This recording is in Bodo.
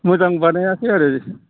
मोजां बानायाखै आरो